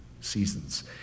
Seasons